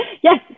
yes